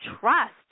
trust